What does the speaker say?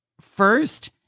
first